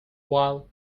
while